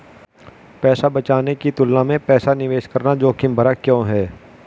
पैसा बचाने की तुलना में पैसा निवेश करना जोखिम भरा क्यों है?